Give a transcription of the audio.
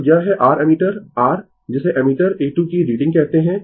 तो यह है r एमीटर r जिसे एमीटर A 2 की रीडिंग कहते है